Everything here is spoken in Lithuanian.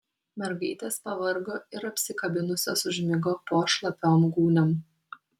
mergaitės pavargo ir apsikabinusios užmigo po šlapiom gūniom